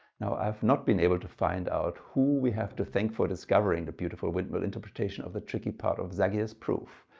now i've not been able to find out who we have to thank for discovering the beautiful windmill interpretation of the tricky part of zagier's proof.